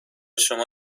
شما